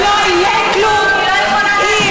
אדוני ראש הממשלה,